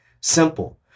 simple